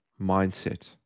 mindset